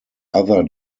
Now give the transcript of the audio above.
other